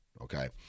Okay